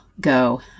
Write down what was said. go